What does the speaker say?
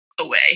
away